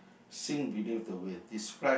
sink beneath the waves describe